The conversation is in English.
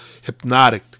hypnotic